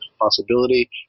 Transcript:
possibility